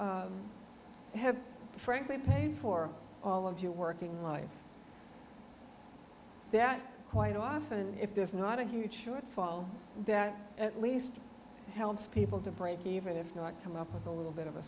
you have frankly paid for all of your working life that quite often if there's not a huge shortfall that at least helps people to break even if not come up with a little bit of a